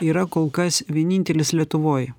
yra kol kas vienintelis lietuvoj